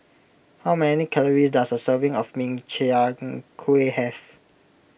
how many calories does a serving of Min Chiang Kueh have